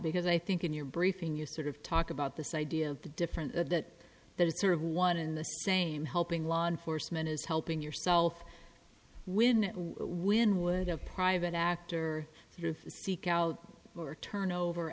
because i think in your briefing you sort of talk about this idea of the different that that sort of one in the same helping law enforcement is helping yourself when when would a private actor speak out or turn over